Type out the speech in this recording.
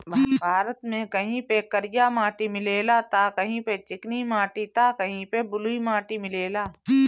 भारत में कहीं पे करिया माटी मिलेला त कहीं पे चिकनी माटी त कहीं पे बलुई माटी मिलेला